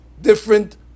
different